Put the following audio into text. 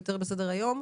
יותר בסדר-היום.